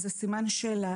זה סימן שאלה,